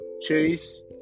Chase